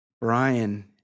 Brian